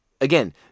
Again